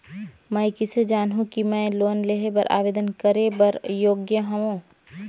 मैं किसे जानहूं कि मैं लोन लेहे बर आवेदन करे बर योग्य हंव?